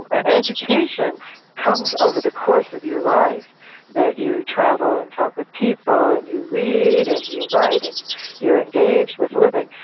an education comes over the course of your life that you travel and talk with people and you read and you write and you're engaged with living.